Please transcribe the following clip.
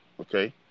Okay